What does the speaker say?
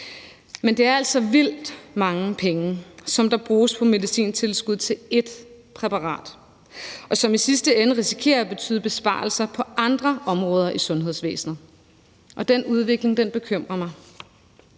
Det er altså vildt mange penge, som bruges på medicintilskud til et præparat, hvilket i sidste ende risikerer at betyde besparelser på andre områder i sundhedsvæsenet. Den udvikling bekymrer mig.